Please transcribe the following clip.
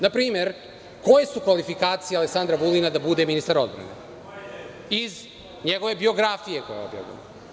Na primer, koje su kvalifikacije Aleksandra Vulina da bude ministar odbrane, iz njegove biografije koja je objavljena?